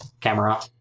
Camera